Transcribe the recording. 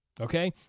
Okay